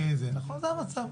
זה המצב.